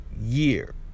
year